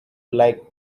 like